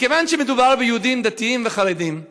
מכיוון שמדובר ביהודים דתיים וחרדים,